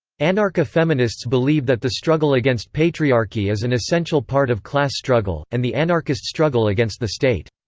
anarcha-feminists believe that the struggle against patriarchy is an essential part of class struggle, and the anarchist struggle against the state.